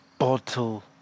Bottle